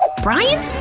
ah brian?